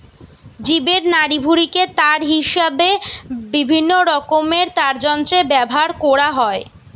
জীবের নাড়িভুঁড়িকে তার হিসাবে বিভিন্নরকমের তারযন্ত্রে ব্যাভার কোরা হয়